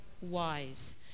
wise